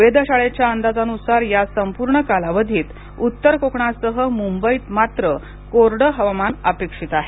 वेधशाळेच्या अंदाजा नुसार या संपूर्ण कालावधीत उत्तर कोकणासह मुंबईत मात्र कोरडं हवामान अपेक्षित आहे